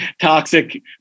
toxic